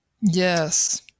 Yes